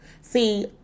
See